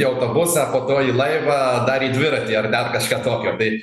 į autobusą po to į laivą dar į dviratį ar dar kažką tokio bei